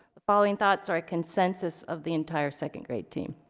the following thoughts are a consensus of the entire second grade team.